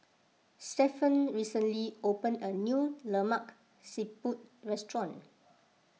Stephen recently opened a new Lemak Siput restaurant